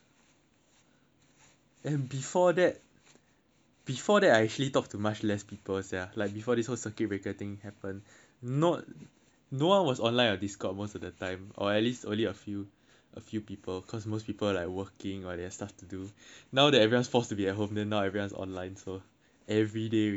and before that before that I actually talk to much less people sia like before this whole circuit breaker thing happened not no one was online most of that time or at least only a few a few people cause mostly are like working or they have stuff to do now that everyone is forced to be at home then now everyone is online so everyday we got something to do sia